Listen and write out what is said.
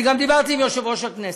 אני גם דיברתי עם יושב-ראש הכנסת.